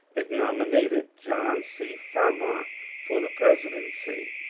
it nominated john c fremont for the presidency,